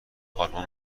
آلبوم